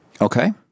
Okay